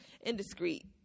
indiscreet